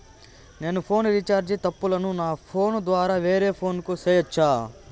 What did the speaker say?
నేను phone recharge తప్పులను నా ఫోను ద్వారా వేరే ఫోను కు సేయొచ్చా?